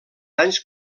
anys